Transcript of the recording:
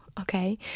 okay